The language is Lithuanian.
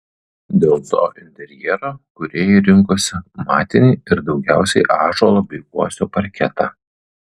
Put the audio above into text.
dėl to interjero kūrėjai rinkosi matinį ir daugiausiai ąžuolo bei uosio parketą